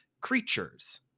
creatures